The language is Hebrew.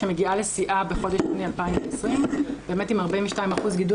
שמגיעות לשיאן בחודש יוני 2020 באמת עם 42% גידול